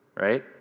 right